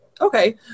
Okay